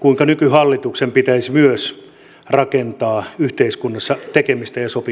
kuinka nykyhallituksen pitäisi myös rakentaa yhteiskunnassa tekemistä ja sopimista